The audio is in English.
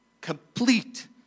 complete